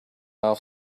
off